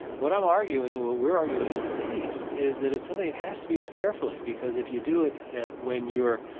what i'm arguing, what we are arguing in the piece, is that it's something that has to be used carefully because if you do it when you're,